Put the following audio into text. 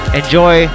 enjoy